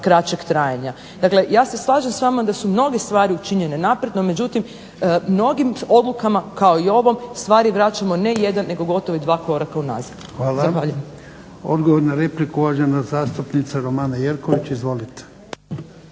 kraćeg trajanja. Dakle, ja se slažem s vama da su mnoge stvari učinjene naprijed, no međutim mnogim odlukama kao i ovom stvari vraćamo ne jedan nego gotovo dva koraka unazad. **Jarnjak, Ivan (HDZ)** Hvala. Odgovor na repliku uvažena zastupnica Romana Jerković. Izvolite.